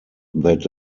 that